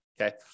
okay